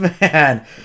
man